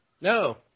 No